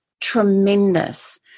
tremendous